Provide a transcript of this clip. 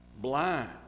blind